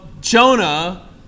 Jonah